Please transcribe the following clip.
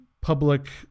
public